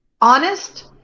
honest